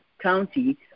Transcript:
county